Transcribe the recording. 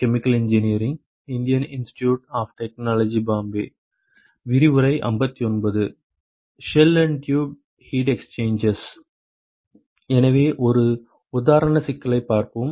செல் tube heat exchangers எனவே ஒரு உதாரண சிக்கலைப் பார்ப்போம்